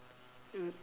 mm